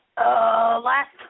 last